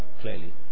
clearly